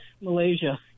Malaysia